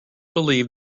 believe